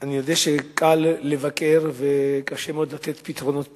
אני יודע שקל לבקר וקשה מאוד לתת פתרונות פלא.